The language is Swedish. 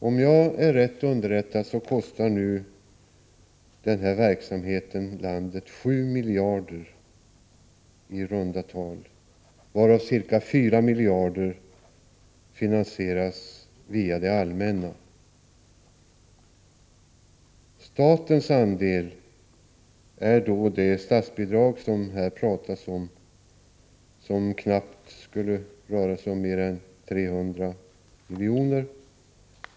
Om jag är rätt underrättad så kostar nu denna verksamhet landet 7 miljarder kronor i runda tal, varav ca 4 miljarder finansieras via det allmänna. Statens andel är då det statsbidrag som det här talas om och som knappt skulle röra sig om mer än 300 milj.kr.